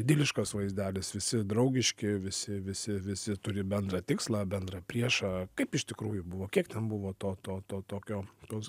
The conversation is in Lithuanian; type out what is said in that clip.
idiliškas vaizdelis visi draugiški visi visi visi turi bendrą tikslą bendrą priešą kaip iš tikrųjų buvo kiek ten buvo to to to tokio tos